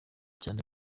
cyane